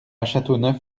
châteauneuf